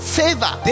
favor